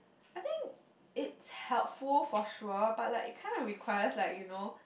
I think it's helpful for sure but like it kind of requires like you know